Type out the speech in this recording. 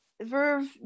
verve